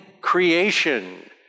creation